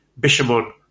Bishamon